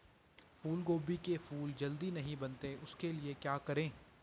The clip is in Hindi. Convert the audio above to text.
फूलगोभी के फूल जल्दी नहीं बनते उसके लिए क्या करें?